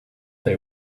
they